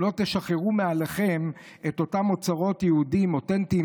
אם לא תשחררו מעליכם את אותם אוצרות יהודיים אותנטיים,